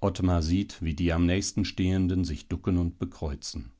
ottmar sieht wie die am nächsten stehenden sich ducken und bekreuzen